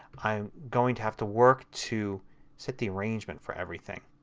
i'm going to have to work to set the arrangement for everything.